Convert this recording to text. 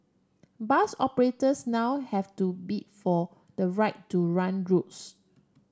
bus operators now have to bid for the right to run routes